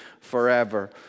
forever